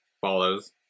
follows